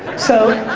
so.